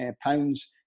pounds